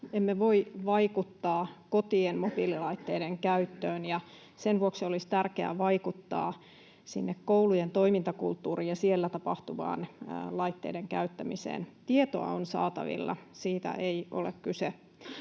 Emme voi vaikuttaa kotien mobiililaitteiden käyttöön, ja sen vuoksi olisi tärkeää vaikuttaa sinne koulujen toimintakulttuuriin ja siellä tapahtuvaan laitteiden käyttämiseen. Tietoa on saatavilla, siitä ei ole kyse.